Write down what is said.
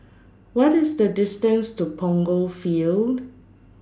What IS The distance to Punggol Field